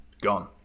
gone